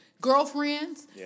Girlfriends